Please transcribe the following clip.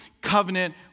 covenant